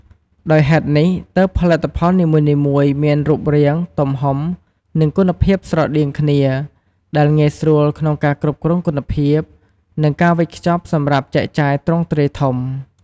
ដោយហេតុនេះ ទើបផលិតផលនីមួយៗមានរូបរាង ទំហំ និងគុណភាពស្រដៀងគ្នា ដែលងាយស្រួលក្នុងការគ្រប់គ្រងគុណភាព និងការវេចខ្ចប់សម្រាប់ចែកចាយទ្រង់ទ្រាយធំ។